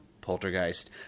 Poltergeist